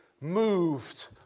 moved